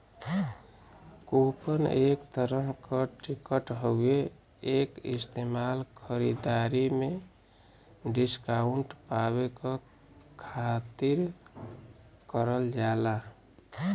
coupon एक तरह क टिकट हउवे एक इस्तेमाल खरीदारी में डिस्काउंट पावे क खातिर करल जाला